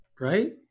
Right